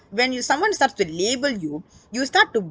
when you someone starts to label you you start to